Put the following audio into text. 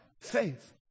faith